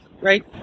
right